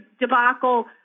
debacle